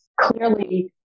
clearly